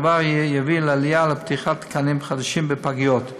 הדבר יביא לעלייה, לפתיחת תקנים חדשים בפגיות.